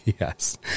Yes